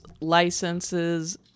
licenses